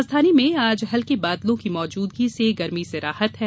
राजधानी में आज हल्के बादलों की मौजूदगी से गर्मी से राहत है